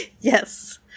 Yes